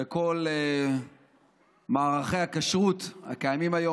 בכל מערכי הכשרות הקיימים היום.